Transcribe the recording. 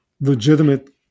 legitimate